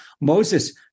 Moses